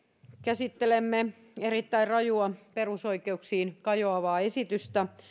käsittelemme erittäin rajua perusoikeuksiin kajoavaa esitystä